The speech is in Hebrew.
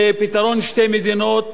פתרון שתי המדינות,